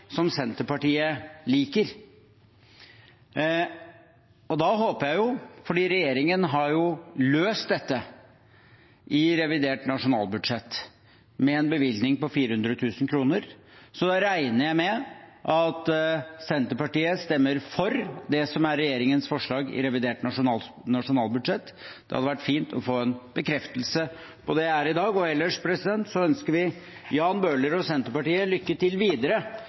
som Senterpartiet liker. Da håper jeg, og regner med – for regjeringen har jo løst dette i revidert nasjonalbudsjett med en bevilgning på 400 000 kr – at Senterpartiet stemmer for det som er regjeringens forslag i revidert nasjonalbudsjett. Det hadde vært fint å få en bekreftelse på det her i dag. Ellers ønsker vi representanten Jan Bøhler og Senterpartiet lykke til videre